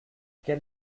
quel